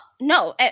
no